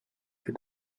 with